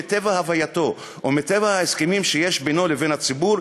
מטבע הווייתו ומטבע ההסכמים שיש בינו לבין הציבור,